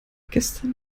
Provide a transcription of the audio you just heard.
gestern